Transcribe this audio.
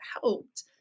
helped